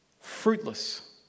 fruitless